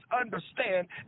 understand